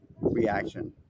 reaction